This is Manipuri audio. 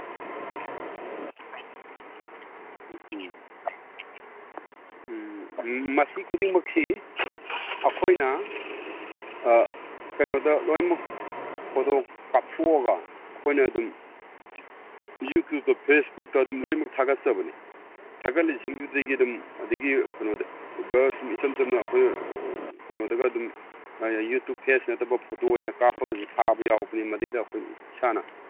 ꯎꯝ ꯎꯝ ꯃꯁꯤ ꯈꯨꯗꯤꯡꯃꯛꯁꯤ ꯑꯩꯈꯣꯏꯅ ꯀꯩꯅꯣꯗ ꯂꯣꯏꯃꯛ ꯐꯣꯇꯣ ꯀꯥꯞꯊꯣꯛꯑꯒ ꯑꯩꯈꯣꯏꯅ ꯑꯗꯨꯝ ꯌꯨꯇꯨꯞꯇ ꯐꯦꯁꯕꯨꯛꯇ ꯑꯗꯨꯝ ꯂꯣꯏꯃꯛ ꯊꯥꯒꯠꯆꯕꯅꯤ ꯊꯥꯒꯠꯂꯤꯁꯤꯡꯗꯨꯗꯒꯤ ꯑꯗꯨꯝ ꯑꯗꯒꯤ ꯀꯩꯅꯣꯗ ꯑꯩꯈꯣꯏ ꯏꯆꯝ ꯆꯝꯅ ꯀꯩꯅꯣꯗꯒ ꯑꯗꯨꯝ ꯌꯨꯇꯨꯞ ꯐꯦꯁ ꯅꯠꯇꯕ ꯐꯣꯇꯣ ꯑꯣꯏꯅ ꯀꯥꯞꯄꯒꯁꯨ ꯊꯥꯕ ꯌꯥꯎꯕꯅꯤ ꯃꯗꯩꯗ ꯑꯩꯈꯣꯏ ꯏꯁꯥꯅ